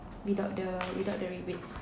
without the without the rebates